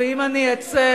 ואם אני אצא,